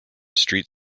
street